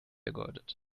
vergeudet